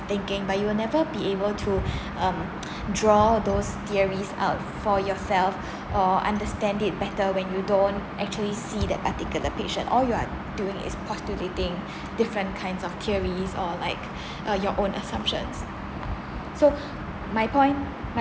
thinking but you will never be able to um draw those theories out for yourself or understand it better when you don't actually see that particular patient all you are doing is postulating different kinds of theories or like uh your own assumptions so my point my